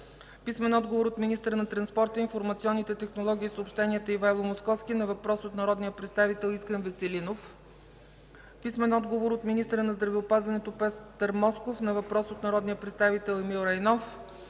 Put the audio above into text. Добрин Данев; - министъра на транспорта, информационните технологии и съобщенията Ивайло Московски на въпрос от народния представител Искрен Веселинов; - министъра на здравеопазването Петър Москов на въпрос от народния представител Емил Райнов;